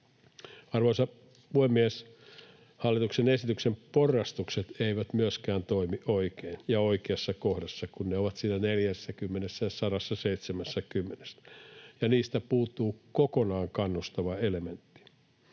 Arvoisa puhemies! Hallituksen esityksen porrastukset eivät myöskään toimi oikein ja oikeassa kohdassa, kun ne ovat siinä 40:ssä ja 170:ssä. Niistä puuttuu kokonaan kannustava elementti.